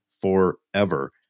forever